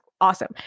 awesome